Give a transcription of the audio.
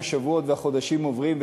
השבועות והחודשים עוברים,